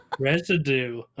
residue